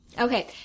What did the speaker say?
Okay